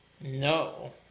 No